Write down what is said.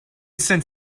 send